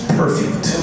perfect